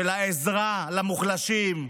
של העזרה למוחלשים,